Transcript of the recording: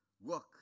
work